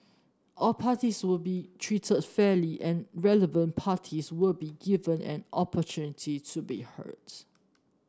all parties will be treated fairly and relevant parties will be given an opportunity to be